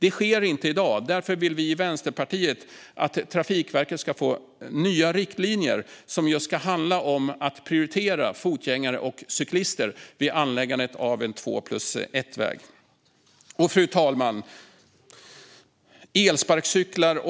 Det sker inte i dag, och därför vill vi i Vänsterpartiet att Trafikverket ska få nya riktlinjer som ska handla om att prioritera fotgängare och cyklister vid anläggandet av en två-plus-ett-väg. Fru talman! Flera ledamöter har tagit upp frågan om